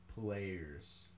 players